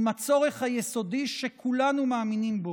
עם הצורך היסודי שכולנו מאמינים בו,